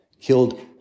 killed